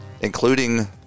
including